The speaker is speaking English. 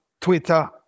Twitter